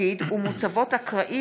משה אבוטבול,